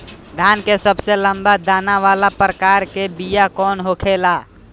धान के सबसे लंबा दाना वाला प्रकार के बीया कौन होखेला?